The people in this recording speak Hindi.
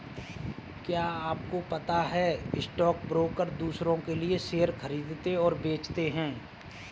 क्या आपको पता है स्टॉक ब्रोकर दुसरो के लिए शेयर खरीदते और बेचते है?